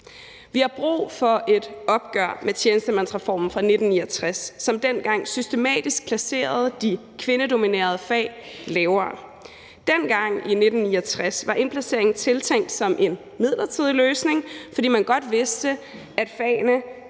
Vi har brug for et opgør med tjenestemandsreformen fra 1969, som dengang systematisk placerede de kvindedominerede fag lavere. Dengang i 1969 var indplaceringen tiltænkt som en midlertidig løsning, fordi man godt vidste, at fagene